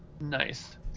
Nice